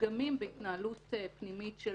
פגמים בהתנהלות פנימית של